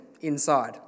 inside